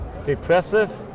depressive